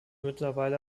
mittlerweile